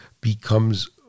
becomes